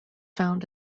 found